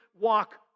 walk